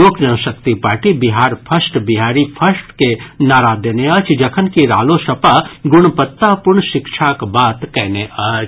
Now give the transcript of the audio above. लोक Janshakti party Bihar first Bihari first के नारा देने अछि जखनकि रालोसपा गुणवत्तापूर्ण शिक्षाक बात कयने अछि